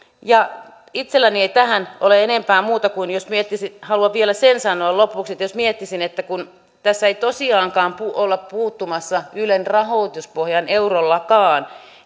itselläni ei tähän ole enempää kuin että haluan vielä sen sanoa lopuksi että kun tässä ei tosiaankaan olla puuttumassa ylen rahoituspohjaan eurollakaan